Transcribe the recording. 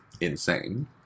insane